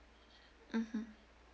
mmhmm